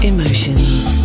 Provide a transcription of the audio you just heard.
Emotions